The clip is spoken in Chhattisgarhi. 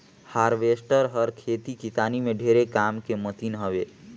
हारवेस्टर हर खेती किसानी में ढेरे काम के मसीन हवे